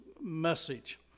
message